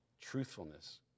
truthfulness